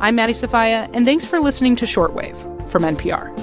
i'm maddie sofia, and thanks for listening to short wave from npr